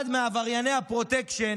אחד מעברייני הפרוטקשן,